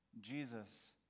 Jesus